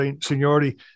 seniority